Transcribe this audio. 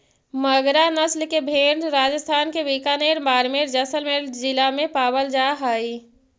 मगरा नस्ल के भेंड़ राजस्थान के बीकानेर, बाड़मेर, जैसलमेर जिला में पावल जा हइ